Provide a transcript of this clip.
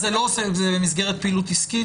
זה לא עושה את זה במסגרת פעילות עסקית,